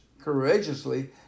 courageously